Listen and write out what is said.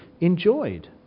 enjoyed